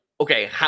Okay